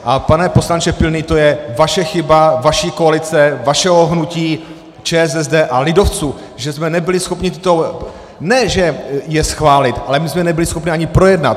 A pane poslanče Pilný, to je vaše chyba, vaší koalice, vašeho hnutí, ČSSD a lidovců, že jsme nebyli schopni ne že je schválit, ale my je jsme nebyli schopni ani projednat.